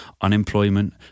Unemployment